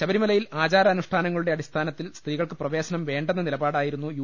ശബരിമലയിൽ ആചാരാനുഷ്ഠാ നങ്ങളുടെ അടിസ്ഥാന ത്തിൽ സ്ത്രീകൾക്ക് പ്രവേശനം വേണ്ടെന്ന നിലപാടാ യിരുന്നു യു